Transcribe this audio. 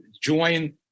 join